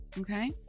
Okay